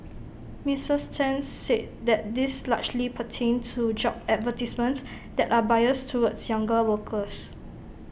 Misters ten said that these largely pertained to job advertisements that are biased towards younger workers